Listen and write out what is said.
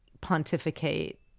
pontificate